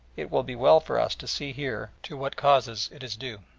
it will be well for us to see here to what causes it is due.